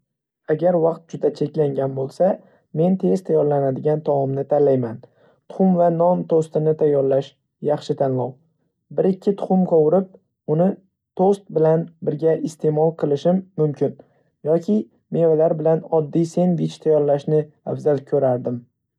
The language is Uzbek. Agar vaqt juda cheklangan bo‘lsa, men tez tayyorlanadigan taomni tanlayman. Tuxum va non tostini tayyorlash – yaxshi tanlov. Bir-ikki tuxum qovurib, uni tost bilan birga iste'mol qilishim mumkin, yoki meva bilan oddiy sendvich tayyorlashni afzal ko‘rardim.